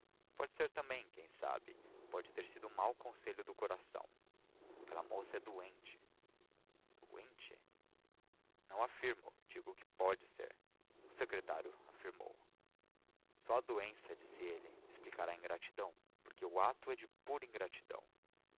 pode ser também quem sabe por ter sido um mau conselho do coração aquela moça é doente doente não afirmo digo que pode ser o secretário afirmou só a doença disse ele explicará a ingratidão porque o ato é de pura ingratidão